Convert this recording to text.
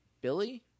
Billy